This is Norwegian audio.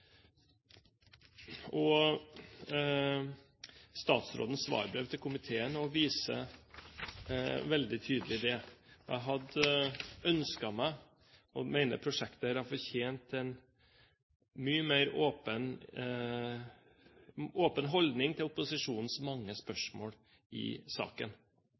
Statsrådens svarbrev til komiteen viser også veldig tydelig det. Jeg hadde ønsket meg og mener prosjektet hadde fortjent en mye mer åpen holdning til opposisjonens mange spørsmål i saken.